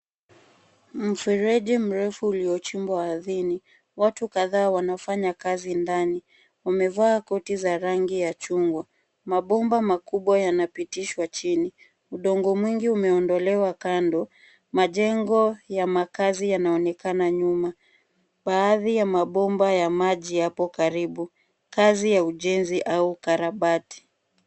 Mfereji mrefu uliochimbwa ardhini, watu kadhaa wanafanya kazi ndani; wamevaa koti za rangi ya chungwa. Mabomba makubwa yanapitishwa chini, udongo mwingi umeondolewa kando, majengo ya makazi yanaonekana nyuma. Baadhi ya mabomba ya maji yapo karibu. Kazi ya ujenzi au ukarabati.